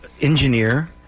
engineer